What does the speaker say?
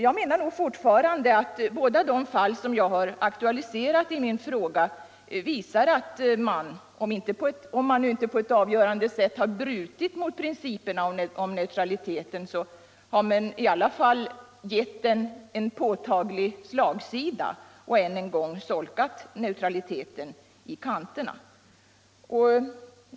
Jag menar att båda de fall som jag har aktualiserat i min fråga visar att även om man nu inte på ett avgörande sätt har brutit mot principerna om neutraliteten, har man i alla fall gett neutraliteten en påtaglig slagsida och än en gång solkat den i kanterna.